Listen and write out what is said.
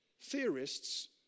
theorists